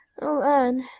oh, anne,